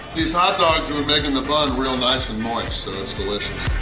these hot dogs were making the bun real nice and moist so it's delicious!